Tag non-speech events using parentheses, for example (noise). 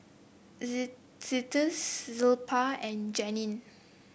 (unintelligible) (unintelligible) estes Zilpah and Janine